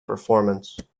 performance